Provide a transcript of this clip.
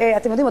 אתם יודעים,